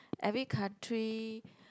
every country